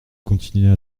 continuait